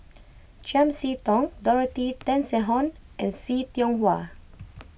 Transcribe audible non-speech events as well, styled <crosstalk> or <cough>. <noise> Chiam See Tong Dorothy Tessensohn and See Tiong Wah <noise>